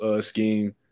scheme